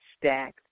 stacked